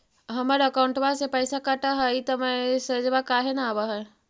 हमर अकौंटवा से पैसा कट हई त मैसेजवा काहे न आव है?